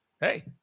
hey